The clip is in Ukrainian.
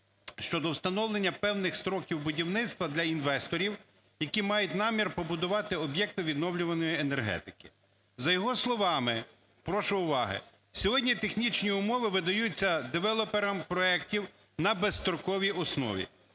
щодо встановлення певних строків будівництва для інвесторів, які мають намір побудувати об'єкти відновлювальної енергетики. За його словами, прошу уваги, сьогодні технічні умови видаються девелоперам проектів на безстроковій основі.